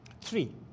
Three